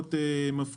קרקעות מפקיעים.